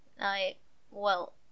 I—well